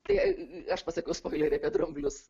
tai aš pasakiau spoilerį apie dramblius